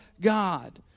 God